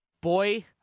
boy